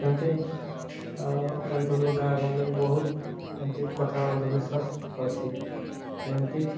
ସେମତି ଆମ ଅଞ୍ଚଳର ଗାଁ ଗହଲିରେ ବହୁତ ଏମତି କଥା ଅନ୍ଧବିଶ୍ୱାସ ଅଛି ଯେମିତି